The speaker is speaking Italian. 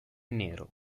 nero